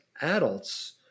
adults